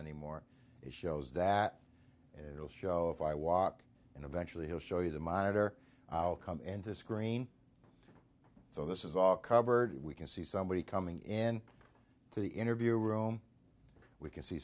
anymore it shows that it will show if i walk and eventually he'll show you the monitor and a screen so this is all covered we can see somebody coming in to the interview room we can see